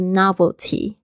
novelty